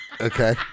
Okay